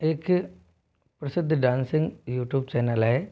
एक प्रसिद्ध dancing YouTube channel है